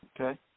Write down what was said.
Okay